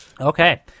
Okay